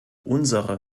unsere